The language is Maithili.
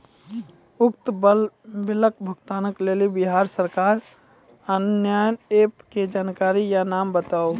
उक्त बिलक भुगतानक लेल बिहार सरकारक आअन्य एप के जानकारी या नाम बताऊ?